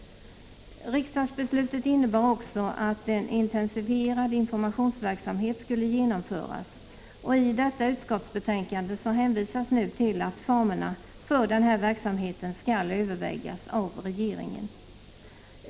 Riksdagsbeslutet innebar också att en intensifierad informationverksamhet skulle genomföras. I detta utskottsbetänkande hänvisas nu till att formerna för denna verksamhet skall övervägas av regeringen.